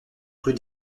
rue